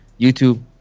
youtube